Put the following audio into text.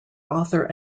author